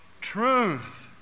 truth